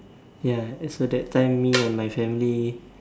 ya as for that time me and my family